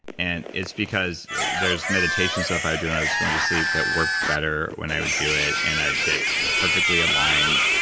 and it's because there's meditation stuff i do when and i was going to sleep that worked better when i would do it. and i'd get perfectly aligned,